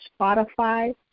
Spotify